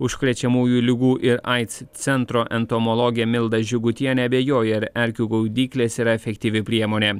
užkrečiamųjų ligų ir aids centro entomologė milda žygutienė abejoja ar erkių gaudyklės yra efektyvi priemonė